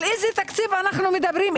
על איזה תקציב אנחנו מדברים?